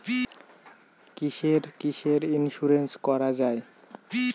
কিসের কিসের ইন্সুরেন্স করা যায়?